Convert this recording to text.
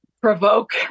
provoke